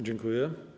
Dziękuję.